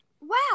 Wow